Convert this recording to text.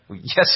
Yes